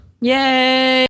Yay